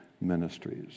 ministries